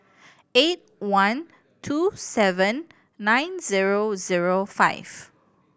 eight one two seven nine zero zero five